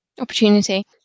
opportunity